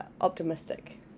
optimistic